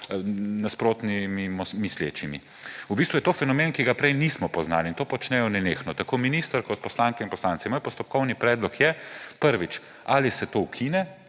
nasprotno mislečimi. V bistvu je to fenomen, ki ga prej nismo poznali. In to počnejo nenehno tako minister kot poslanke in poslanci. Moj postopkovni predlog je: prvič, ali se to ukine